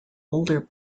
older